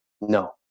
No